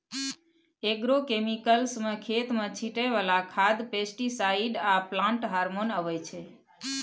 agrochemicals मे खेत मे छीटय बला खाद, पेस्टीसाइड आ प्लांट हार्मोन अबै छै